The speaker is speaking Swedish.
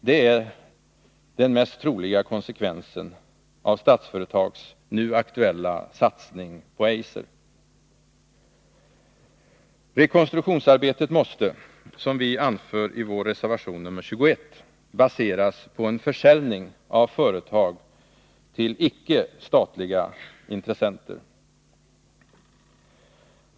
Det är den mest troliga konsekvensen av Statsföretags nu aktuella ”satsning” på Eiser. Rekonstruktionsarbetet måste, som vi anför i vår reservation 21, baseras på en försäljning av företag till icke statliga intressenter.